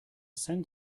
send